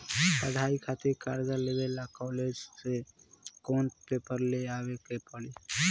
पढ़ाई खातिर कर्जा लेवे ला कॉलेज से कौन पेपर ले आवे के पड़ी?